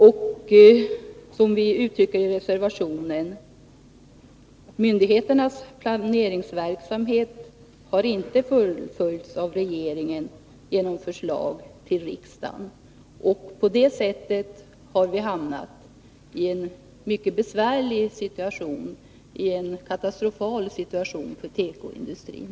Och som vi uttrycker det i reservationen: Myndigheternas planeringsverksamhet har inte fullföljts av regeringen genom förslag till riksdagen. På det sättet har vi hamnat i en katastrofal situation för tekoindustrin.